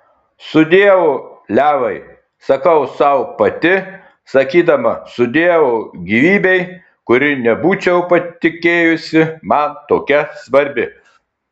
sudieu levai sakau sau pati sakydama sudieu gyvybei kuri nebūčiau patikėjusi man tokia svarbi